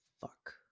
Fuck